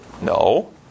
No